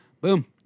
Boom